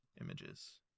images